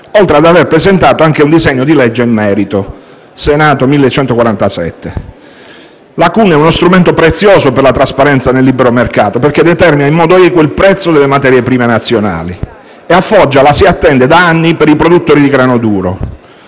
oltre ad aver presentato anche un disegno di legge in merito (Atto Senato 1147). La CUN è uno strumento prezioso per la trasparenza nel libero mercato perché determina in modo equo il prezzo delle materie prime nazionali e a Foggia la si attende da anni per i produttori di grano duro.